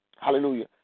hallelujah